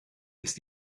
ist